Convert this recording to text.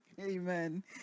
amen